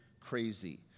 crazy